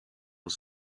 was